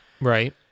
Right